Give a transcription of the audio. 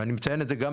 ואני מציין את זה ,אגב,